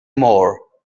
more